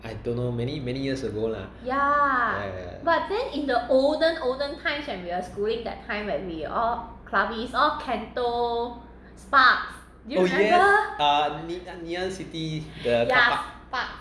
I don't know many many years ago lah ya oh yes ngee ann city the carpark